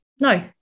No